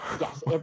Yes